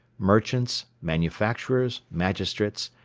merchants, manufacturers, magistrates,